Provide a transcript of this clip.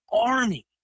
army